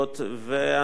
ואנחנו כאן,